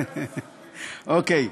אוקיי,